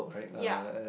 ya